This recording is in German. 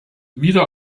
wieder